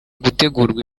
gutegurwa